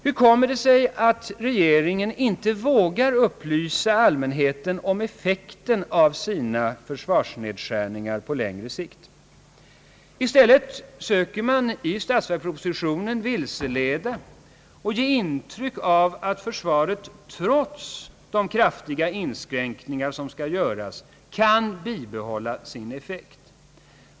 Hur kommer det sig att regeringen inte vågar upplysa allmänheten om effekten på längre sikt av föreslagna försvarsnedskärningar? I stället söker regeringen i statsverkspropositionen vilseleda och ge intryck av att försvaret — trots de kraftiga inskränkningar som skall göras — kan bibehålla sin effektivitet.